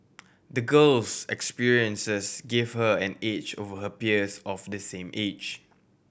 the girl's experiences gave her an edge over her peers of the same age